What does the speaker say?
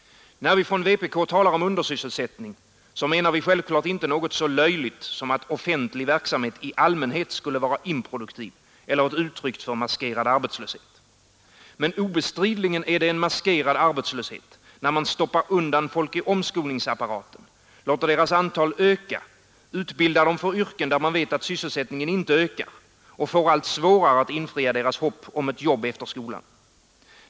När vi från vpk talar om undersysselsättning, menar vi självfallet inte något så löjligt som att offentlig verksamhet i allmänhet skulle vara improduktiv eller ett uttryck för maskerad arbetslöshet. Men obestridligen är det en maskerad arbetslöshet när man stoppar undan folk i omskolningsapparaten, låter deras antal öka, utbildar dem för yrken, där man vet att sysselsättningen inte ökar, och får allt svårare att infria deras hopp om ett jobb efter skolan.